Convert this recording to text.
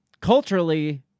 culturally